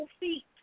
feet